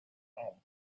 home